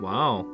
Wow